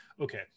okay